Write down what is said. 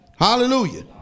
Hallelujah